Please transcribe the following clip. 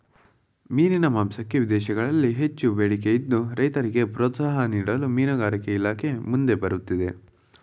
ಮೀನಿನ ಮಾಂಸಕ್ಕೆ ವಿದೇಶಗಳಲ್ಲಿ ಹೆಚ್ಚಿನ ಬೇಡಿಕೆ ಇದ್ದು, ರೈತರಿಗೆ ಪ್ರೋತ್ಸಾಹ ನೀಡಲು ಮೀನುಗಾರಿಕೆ ಇಲಾಖೆ ಮುಂದೆ ಬರುತ್ತಿದೆ